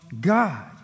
God